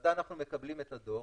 ומתי אנחנו מקבלים את הדוח?